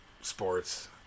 sports